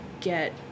get